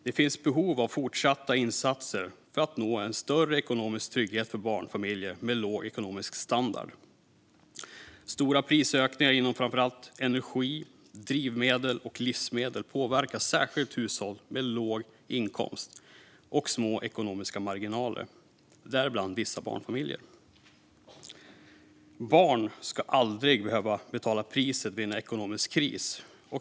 Det finns behov av fortsatta insatser för att nå en större ekonomisk trygghet för barnfamiljer med låg ekonomisk standard. Stora prisökningar inom framför allt energi, drivmedel och livsmedel påverkar särskilt hushåll med låg inkomst och små ekonomiska marginaler, däribland vissa barnfamiljer. Barn ska aldrig behöva betala priset vid en ekonomisk kris.